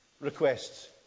Requests